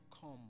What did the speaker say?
come